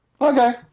Okay